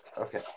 Okay